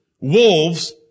wolves